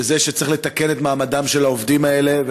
בזה שצריך לתקן את מעמדם של העובדים האלה,